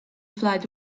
flight